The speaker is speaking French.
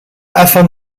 afin